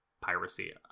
piracy